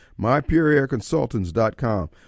MyPureAirConsultants.com